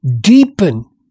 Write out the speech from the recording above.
deepen